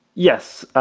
yes.